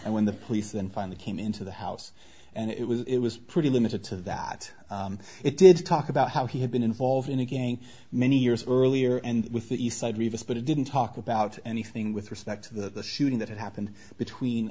and when the police then finally came into the house and it was it was pretty limited to that it did talk about how he had been involved in a gang many years earlier and with the east side with us but he didn't talk about anything with respect to the shooting that happened between